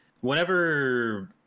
whenever